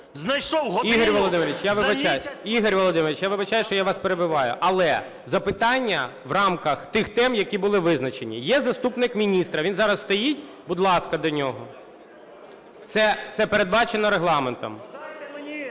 Ігор Володимирович, я вибачаюсь, що я вас перебиваю. Але запитання в рамках тих тем, які були визначені. Є заступник міністра, він зараз стоїть, будь ласка, до нього. Це передбачено Регламентом.